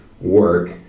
work